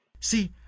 See